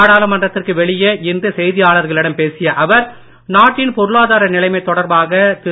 நாடாளுமன்றத்திற்கு வெளியே இன்று செய்தியாளர்களிடம் பேசிய அவர் நாட்டின் பொருளாதார நிலைமை தொடர்பாக திரு